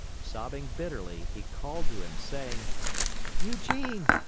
sobbing bitterly, he called to him, saying eugene!